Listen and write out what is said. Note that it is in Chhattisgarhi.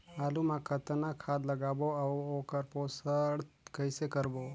आलू मा कतना खाद लगाबो अउ ओकर पोषण कइसे करबो?